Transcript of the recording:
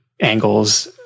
angles